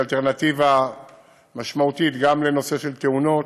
שהיא אלטרנטיבה משמעותית גם לנושא של תאונות,